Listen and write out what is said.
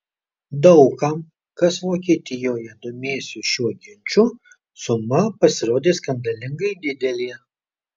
daug kam kas vokietijoje domėjosi šiuo ginču suma pasirodė skandalingai didelė